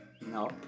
No